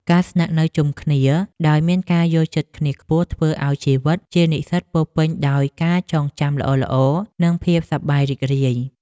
ការស្នាក់នៅជុំគ្នាដោយមានការយល់ចិត្តគ្នាខ្ពស់ធ្វើឱ្យជីវិតជានិស្សិតពោរពេញដោយការចងចាំល្អៗនិងភាពសប្បាយរីករាយ។